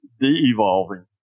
de-evolving